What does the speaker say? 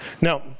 Now